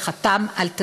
וחתם על,